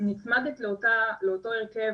נצמדת לאותו הרכב